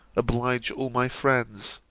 oblige all my friends.